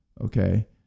Okay